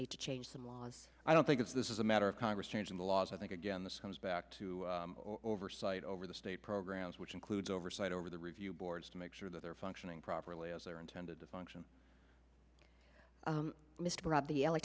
need to change some laws i don't think this is a matter of congress changing the laws i think again this comes back to oversight over the state programs which includes oversight over the review boards to make sure that they're functioning properly as they're intended to function mr the l